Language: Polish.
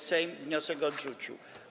Sejm wniosek odrzucił.